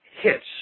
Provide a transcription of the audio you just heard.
hits